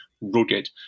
rugged